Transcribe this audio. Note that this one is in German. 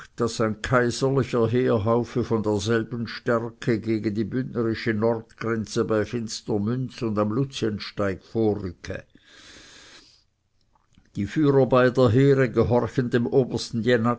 daß ein kaiserlicher heerhaufe von derselben stärke gegen die bündnerische nordgrenze bei finstermünz und am luziensteig vorrücke die führer beider heere gehorchen dem obersten